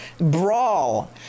brawl